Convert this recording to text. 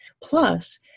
Plus